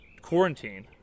quarantine